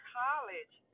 college